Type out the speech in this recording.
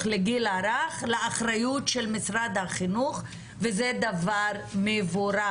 לגיל הרך לאחריות של משרד החינוך וזה דבר מבורך.